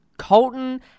Colton